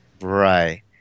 right